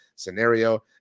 scenario